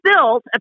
built